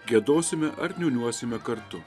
giedosime ar niūniuosime kartu